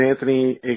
Anthony